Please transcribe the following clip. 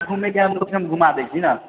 हम नहि जायब सौंसे हम घुमा दै छी ने